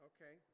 Okay